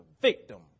victim